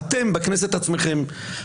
וזה אתם בעצמכם בכנסת.